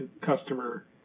customer